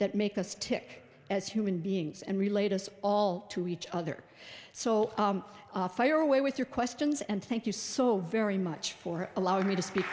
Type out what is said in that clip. that make us tick as human beings and relayed us all to each other so fire away with your questions and thank you so very much for allowing me to speak